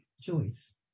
choice